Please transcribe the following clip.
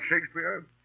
Shakespeare